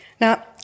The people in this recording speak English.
Now